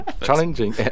challenging